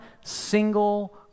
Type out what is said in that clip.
single